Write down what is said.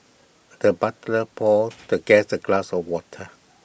the butler poured the guest A glass of water